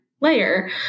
layer